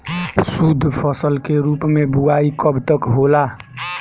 शुद्धफसल के रूप में बुआई कब तक होला?